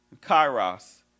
Kairos